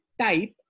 type